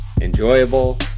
enjoyable